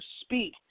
speak